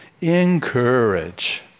encourage